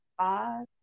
five